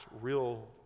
real